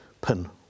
pin